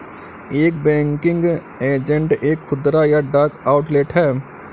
एक banking agent एक खुदरा या डाक आउटलेट है